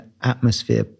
atmosphere